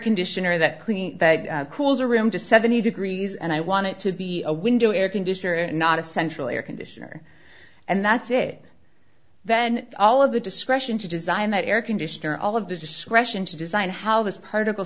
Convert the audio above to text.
conditioner that clean cools a room to seventy degrees and i want it to be a window air conditioner and not a central air conditioner and that's it then all of the discretion to design that airconditioner all of the discretion to design how this particle